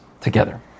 together